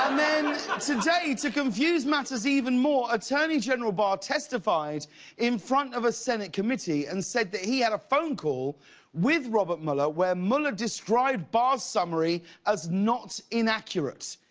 um then today to confuse matters even more attorney general barr testified in front of a senate committee and said that he had a phone call with robert mueller where mueller described barr's summary as not inaccurate.